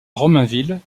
romainville